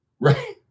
right